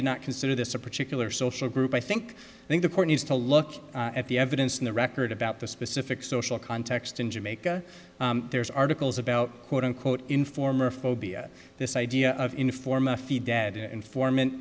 not consider this a particular social group i think think the court needs to look at the evidence in the record about the specific social context in jamaica there's articles about quote unquote informer phobia this idea of informal feed dad informant